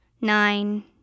nine